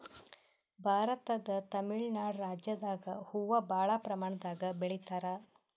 ಭಾರತದ್ ತಮಿಳ್ ನಾಡ್ ರಾಜ್ಯದಾಗ್ ಹೂವಾ ಭಾಳ್ ಪ್ರಮಾಣದಾಗ್ ಬೆಳಿತಾರ್